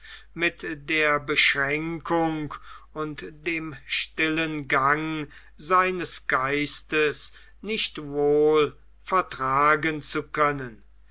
mit der beschränkung und dem stillen gang seines geistes nicht wohl vertragen zu können